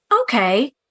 okay